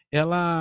ela